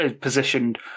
positioned